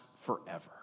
forever